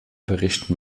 berichten